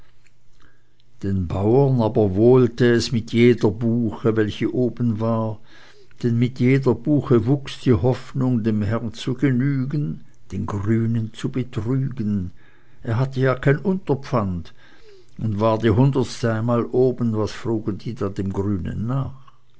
den bauren aber wohlete es mit jeder buche welche oben war denn mit jeder buche wuchs die hoffnung dem herrn zu genügen den grünen zu betrügen er hatte ja kein unterpfand und war die hundertste einmal oben was frugen sie dann dem grünen nach